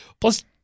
Plus